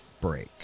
break